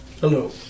Hello